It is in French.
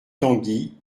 tanguy